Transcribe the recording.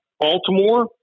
Baltimore